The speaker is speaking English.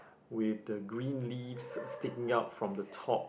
with the green leaves sticking out from the top